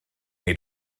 neu